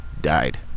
died